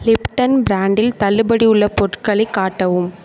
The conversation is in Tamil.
லிப்டன் பிராண்டில் தள்ளுபடி உள்ள பொருட்களை காட்டவும்